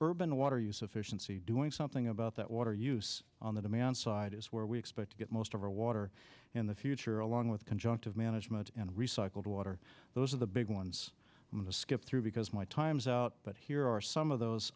right urban water use efficiency doing something about that water use on the demand side is where we expect to get most of our water in the future along with conjunctive management and recycle water those are the big ones to skip through because my time's out but here are some of those